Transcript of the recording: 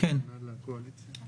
תצפיות בבתי משפט ובבתי מעצר),